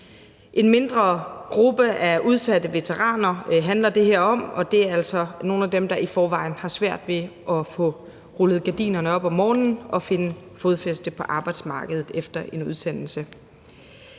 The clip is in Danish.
En mindre gruppe af udsatte veteraner handler det her om, og det er altså nogle af dem, der er i forvejen har svært ved at få rullet gardinerne op om morgenen og finde fodfæste på arbejdsmarkedet efter en udsendelse.